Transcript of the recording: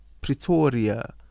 Pretoria